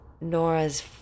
Nora's